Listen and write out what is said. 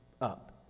up